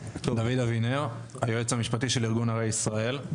דוד אבינר היועץ המשפטי של ארגון ערי ישראל,